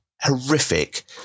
horrific